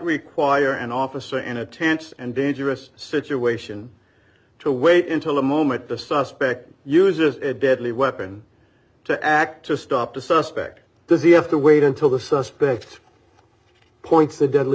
require an officer in a tense and dangerous situation to wait until the moment the suspect uses a deadly weapon to act to stop the suspect does he have to wait until the suspect points the deadly